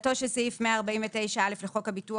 20 (א) תחילתו של סעיף 149א לחוק הביטוח